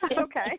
Okay